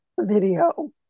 video